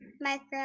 Micro